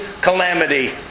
calamity